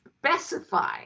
specify